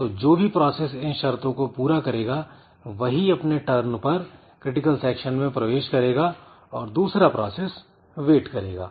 तो जो भी प्रोसेस इन शर्तों को पूरा करेगा वही अपने टर्न पर क्रिटिकल सेक्शन में प्रवेश करेगा और दूसरा प्रोसेस वेट करेगा